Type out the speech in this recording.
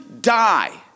die